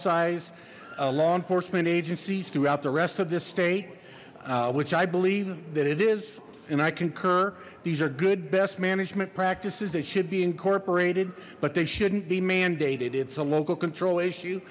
size law enforcement agencies throughout the rest of this state which i believe that it is and i concur these are good best management practices that should be incorporated but they shouldn't be mandated it's a local control issue